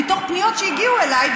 מתוך פניות שהגיעו אליי,